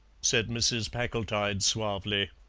said mrs. packletide suavely.